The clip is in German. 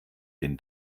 den